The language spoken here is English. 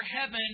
heaven